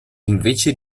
invece